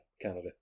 Canada